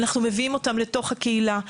אנחנו מביאים אותם לתוך הקהילה,